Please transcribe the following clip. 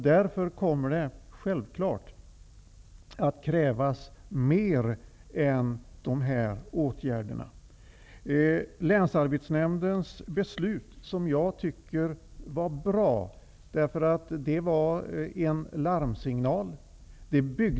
Därför kommer det självfallet att krävas mer än dessa åtgärder. Jag tycker att Länsarbetsnämndens beslut var bra. Det var en larmsignal.